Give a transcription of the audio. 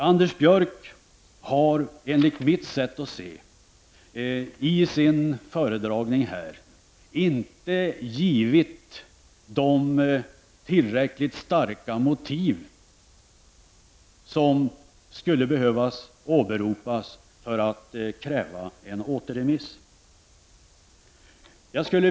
Anders Björck har enligt mitt sätt att se saken, i sin föredragning här inte gett de starka motiv som behövs för att kräva en återremiss.